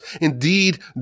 indeed